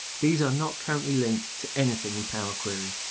these are not currently linked to anything in power query.